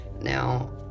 now